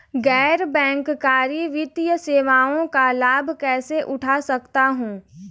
गैर बैंककारी वित्तीय सेवाओं का लाभ कैसे उठा सकता हूँ?